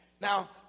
Now